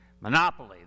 Monopoly